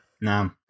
No